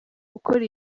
gukora